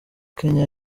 kenya